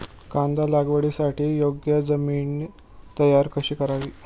कांदा लागवडीसाठी योग्य जमीन तयार कशी करावी?